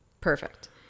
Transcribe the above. Perfect